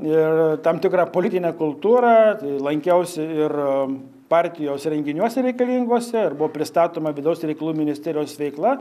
ir tam tikrą politinę kultūrą lankiausi ir partijos renginiuose reikalinguose ir buvo pristatoma vidaus reikalų ministerijos veikla